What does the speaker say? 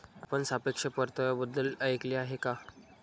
आपण सापेक्ष परताव्याबद्दल ऐकले आहे का?